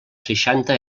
seixanta